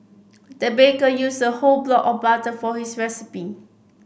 the baker used a whole block of butter for this recipe